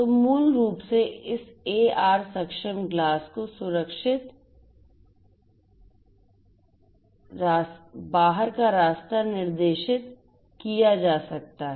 तो मूल रूप से इस एआर सक्षम ग्लास को सुरक्षित बाहर का रास्ता निर्देशित किया जा सकता है